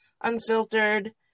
unfiltered